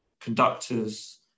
conductors